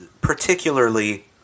particularly